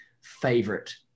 favorite